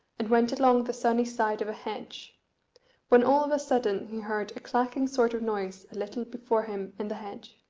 and went along the sunny side of a hedge when all of a sudden he heard a clacking sort of noise a little before him in the hedge.